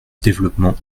développement